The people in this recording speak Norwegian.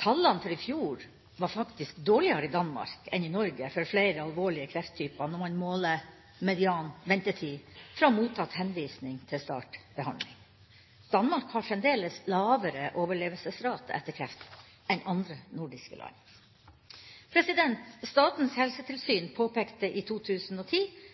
Tallene for i fjor var faktisk dårligere i Danmark enn i Norge for flere alvorlige krefttyper når man måler median ventetid fra mottatt henvisning til start av behandling. Danmark har fremdeles lavere overlevelsesrate etter kreft enn andre nordiske land. Statens helsetilsyn påpekte i 2010